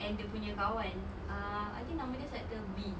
and dia punya kawan uh I think nama dia start letter B